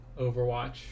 Overwatch